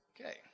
Okay